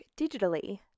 digitally